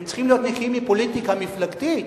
הם צריכים להיות נקיים מפוליטיקה מפלגתית,